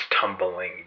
tumbling